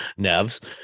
NEVs